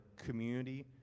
Community